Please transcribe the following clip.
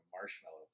marshmallow